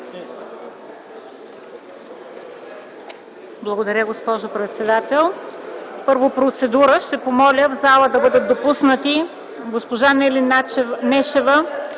Благодаря, госпожо председател. Първо процедура: ще помоля в залата да бъдат допуснати госпожа Нели Нешева